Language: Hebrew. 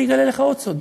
אני אגלה לך עוד סוד: